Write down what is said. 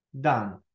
done